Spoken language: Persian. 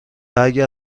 اگر